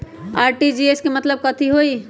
RTGS के मतलब कथी होइ?